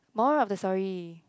moral of the story